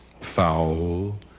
foul